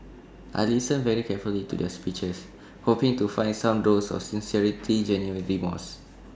I listened very carefully to their speeches hoping to find some dose of sincerity genuine remorse